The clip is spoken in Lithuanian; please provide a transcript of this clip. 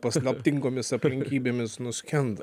paslaptingomis aplinkybėmis nuskendo